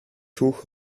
tuch